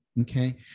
Okay